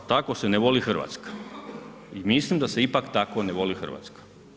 E pa tako se ne voli Hrvatska i mislim da se ipak tako ne voli Hrvatska.